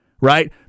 right